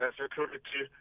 security